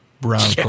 brown